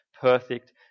perfect